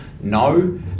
no